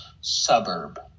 suburb